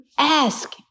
Ask